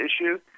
issue